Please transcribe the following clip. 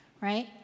right